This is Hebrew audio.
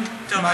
תנו לי.